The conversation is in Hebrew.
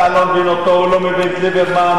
אתה לא מבין אותו, הוא לא מבין את ליברמן,